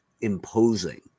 imposing